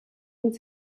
und